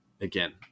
again